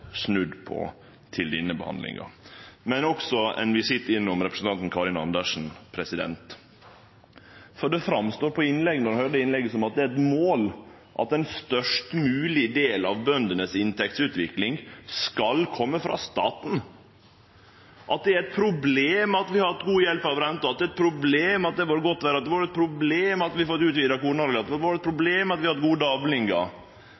snudd på til denne behandlinga. Eg må også ha ein visitt innom representanten Karin Andersen, for det framsto når ein høyrde innlegget som at det er eit mål at ein størst mogleg del av bøndenes inntektsutvikling skal kome frå staten, at det er eit problem at vi har hatt god hjelp av renta, at det er eit problem at det har vore godt vêr, at det har vore eit problem at vi har fått utvida kornarealet, at det har vore eit